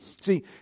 See